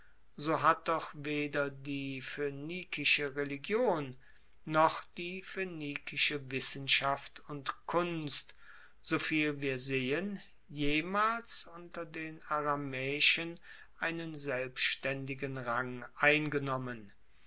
so hat doch weder die phoenikische religion noch die phoenikische wissenschaft und kunst soviel wir sehen jemals unter den aramaeischen einen selbstaendigen rang eingenommen